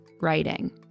writing